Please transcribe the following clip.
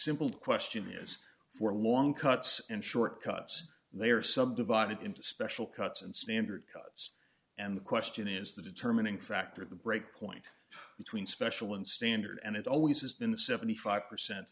simple question is for long cuts and short cuts they are subdivided into special cuts and standard cuts and the question is the determining factor the break point between special and standard and it always has been a seventy five percent